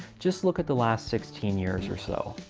just look at the last sixteen years or so.